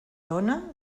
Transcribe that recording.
dóna